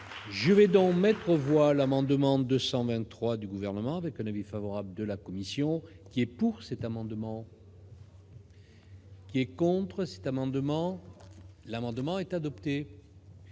je vais donc. Bonjour à l'amendement 223 du gouvernement avec un avis favorable de la commission qui est pour cet amendement. Est contre cet amendement, l'amendement est adopté,